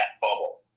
bubble